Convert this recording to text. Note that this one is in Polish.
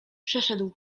przeszedł